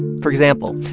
for example,